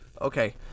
Okay